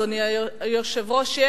אדוני היושב-ראש,